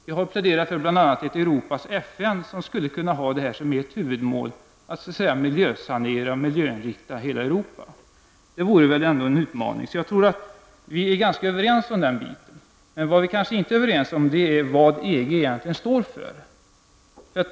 Vi har bl.a. pläderat för ett Europas FN, som skulle kunna ha som ett huvudmål att miljösanera och miljöinrikta hela Europa. Det vore väl en utmaning. Jag tror att vi är ganska överens i det avseendet. Det vi kanske inte är överens om är vad EG egentligen står för.